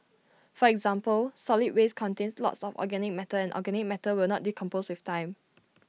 for example solid waste contains lots of organic matter and organic matter will not decompose with time